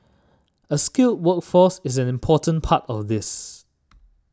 a skilled workforce is an important part of this